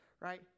right